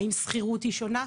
האם שכירות היא שונה,